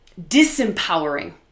disempowering